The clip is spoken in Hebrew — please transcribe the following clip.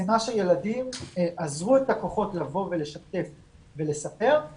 זה מה שילדים אזרו את הכוחות לבוא ולשתף ולספר אבל